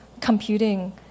computing